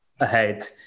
ahead